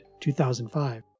2005